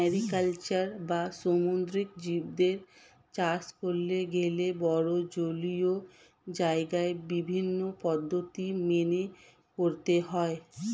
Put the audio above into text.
mariculture বা সামুদ্রিক জীবদের চাষ করতে গেলে বড়ো জলীয় জায়গায় বিভিন্ন পদ্ধতি মেনে করতে হয়